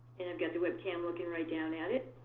and i've got the webcam looking right down at it.